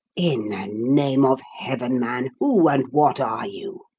in name of heaven, man, who and what are you?